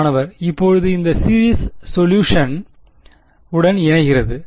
மாணவர் இப்போது அந்த சீரிஸ் சொலுஷன் குறிப்பு நேரம் 1031 உடன் இணைகிறது